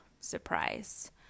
surprise